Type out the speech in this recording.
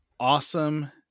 Awesome